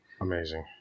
Amazing